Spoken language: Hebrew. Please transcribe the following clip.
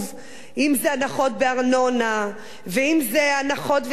אם הנחות בארנונה ואם הנחות וסבסוד